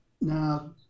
now